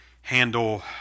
handle